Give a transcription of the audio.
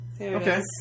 Okay